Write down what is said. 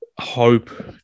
hope